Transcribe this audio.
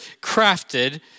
crafted